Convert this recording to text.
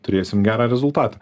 turėsim gerą rezultatą